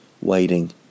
waiting